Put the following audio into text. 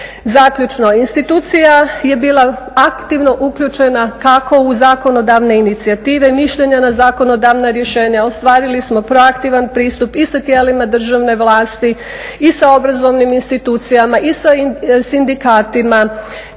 Zaključno, institucija je bila aktivno uključena kako u zakonodavne inicijative, mišljenja na zakonodavna rješenja. Ostvarili smo proaktivan pristup i sa tijelima državne vlasti i sa obrazovnim institucijama i sa sindikatima